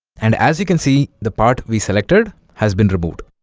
and as you can see the part we selected has been removed